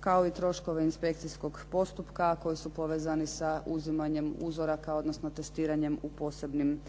kao i troškove inspekcijskog postupka koji su povezani sa uzimanjem uzoraka, odnosno testiranjem u posebnim